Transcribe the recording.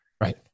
Right